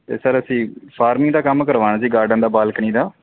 ਅਤੇ ਸਰ ਅਸੀਂ ਫਾਰਮਿੰਗ ਦਾ ਕੰਮ ਕਰਵਾਉਣਾ ਜੀ ਗਾਰਡਨ ਦਾ ਬਾਲਕਨੀ ਦਾ